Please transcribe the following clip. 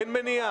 אין מניעה.